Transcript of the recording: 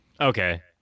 Okay